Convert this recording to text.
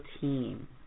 team